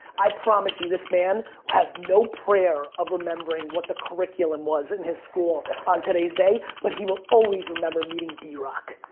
i promise you, this man has no prayer of remembering what the curriculum was in his school on today's day, but he will always remember meeting drock.